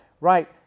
Right